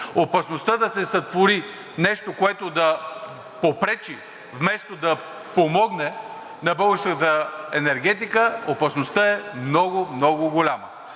опасността да се сътвори нещо, което да попречи, вместо да помогне на българската енергетика, е много, много голяма.